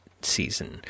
season